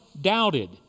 doubted